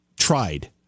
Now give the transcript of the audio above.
tried